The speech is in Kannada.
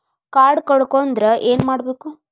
ಕಾರ್ಡ್ ಕಳ್ಕೊಂಡ್ರ ಏನ್ ಮಾಡಬೇಕು?